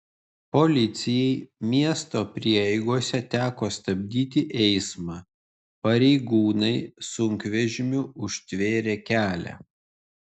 policijai miesto prieigose teko stabdyti eismą pareigūnai sunkvežimiu užtvėrė kelią